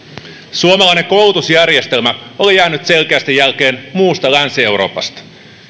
suomalainen koulutusjärjestelmä oli jäänyt selkeästi jälkeen muusta länsi euroopasta